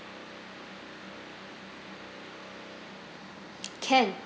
can